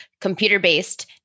computer-based